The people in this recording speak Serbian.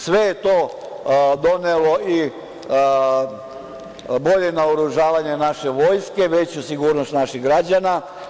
Sve je to donelo i bolje naoružavanje naše vojske, veću sigurnost naših građana.